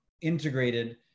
integrated